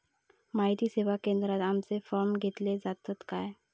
माहिती सेवा केंद्रात आमचे फॉर्म घेतले जातात काय?